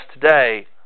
today